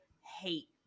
hate